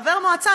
חבר מועצה,